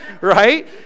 right